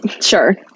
sure